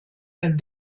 and